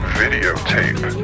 videotape